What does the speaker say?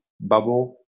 bubble